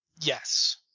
Yes